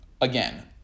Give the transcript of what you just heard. Again